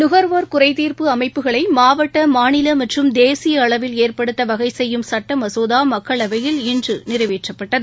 நுகர்வோர் குறைதீர்ப்பு அமைப்புகளை மாவட்ட மாநில மற்றும் தேசிய அளவில் ஏற்படுத்த வகை செய்யும் சுட்ட மசோதா மக்களவையில் இன்று நிறைவேற்றப்பட்டது